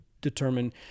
determine